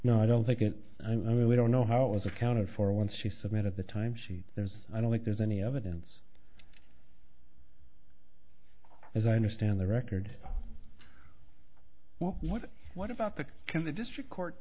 no i don't think it i really don't know how it was accounted for once she submitted the time sheet there's i don't think there's any evidence as i understand the record well what what about the can the district court